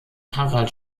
harald